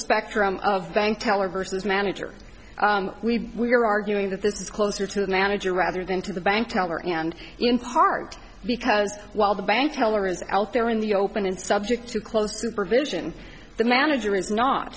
spectrum of bank teller versus manager we are arguing that this is closer to the manager rather than to the bank teller and in part because while the bank teller is out there in the open and subject to close supervision the manager is not